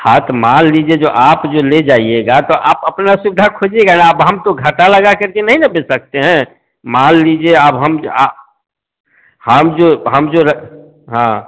हाँ तो मान लीजिए आप जो ले जाइएगा तो आप अपना से ग्राहक खोजिएगा ना अब हम तो घाटा लगा करके नहीं ना बेच सकते हैं मान लीजिए अब आप हम जो हम जो